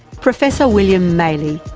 professor william maley,